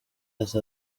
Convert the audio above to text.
ati